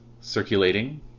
circulating